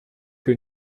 que